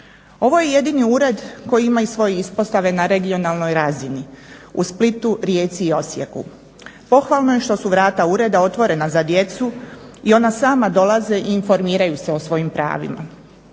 Ovo je jedini ured koji ima i svoje ispostave na regionalnoj razini u Splitu, Rijeci i Osijeku. Pohvalno je što su vrata ureda otvorena za djecu i ona sama dolaze i informiranju se o svojim pravima